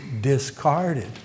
discarded